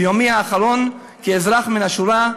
ביומי האחרון כאזרח מן השורה,